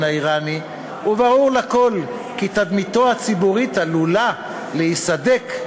האיראני וברור לכול כי תדמיתו הציבורית עלולה להיסדק,